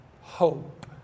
hope